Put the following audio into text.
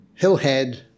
Hillhead